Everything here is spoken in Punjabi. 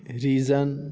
ਰੀਜਨ